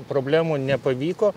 problemų nepavyko